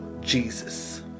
Jesus